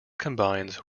combines